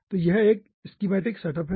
तो यह एक स्कीमैटिक सेट अप है